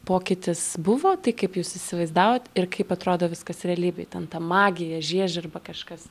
pokytis buvo tai kaip jūs įsivaizdavot ir kaip atrodo viskas realybėj ten ta magija žiežirba kažkas